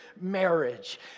marriage